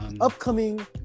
upcoming